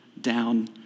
down